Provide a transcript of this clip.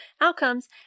outcomes